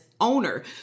owner